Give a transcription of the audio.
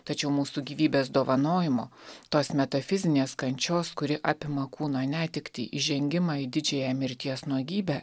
tačiau mūsų gyvybės dovanojimo tos metafizinės kančios kuri apima kūno netektį įžengimą į didžiąją mirties nuogybę